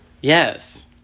Yes